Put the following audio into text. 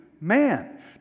man